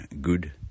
good